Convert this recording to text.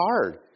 hard